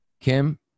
kim